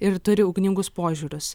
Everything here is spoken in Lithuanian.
ir turi ugningus požiūrius